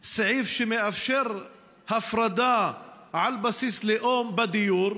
סעיף שמאפשר הפרדה על בסיס לאום בדיור,